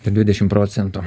dvidešim procento